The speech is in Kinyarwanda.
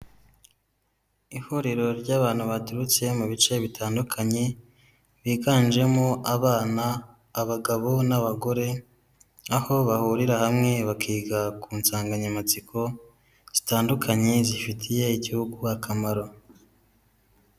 Ihuriro ry'abantu baturutse mu bice bitandukanye, biganjemo abana, abagabo n'abagore, aho bahurira hamwe bakiga ku nsanganyamatsiko zitandukanye zifitiye igihugu akamaro.